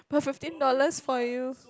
per fifteen dollars for you